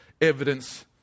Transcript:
evidence